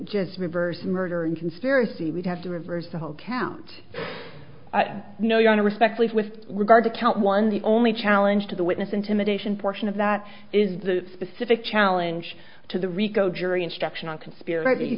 just reverse murder and conspiracy we'd have to reverse the whole count no you don't respect life with regard to count one the only challenge to the witness intimidation portion of that is the specific challenge to the rico jury instruction on conspiracy you